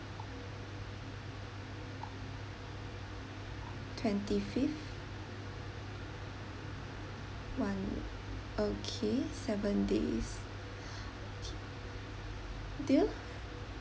twenty fifth one okay seven days do you